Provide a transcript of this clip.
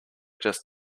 just